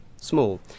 small